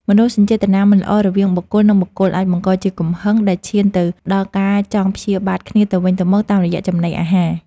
មនោសញ្ចេតនាមិនល្អរវាងបុគ្គល និងបុគ្គលអាចបង្កជាកំហឹងដែលឈានទៅដល់ការចង់ព្យាបាទគ្នាទៅវិញទៅមកតាមរយៈចំណីអាហារ។